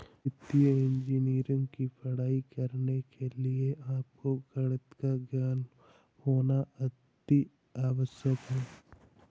वित्तीय इंजीनियरिंग की पढ़ाई करने के लिए आपको गणित का ज्ञान होना अति आवश्यक है